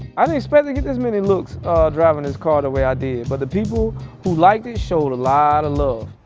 i didn't expect to get this many looks driving this car the way i did, but the people who liked it showed a lot of love.